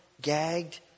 Gagged